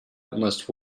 must